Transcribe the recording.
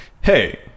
Hey